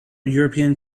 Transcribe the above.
european